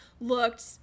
looked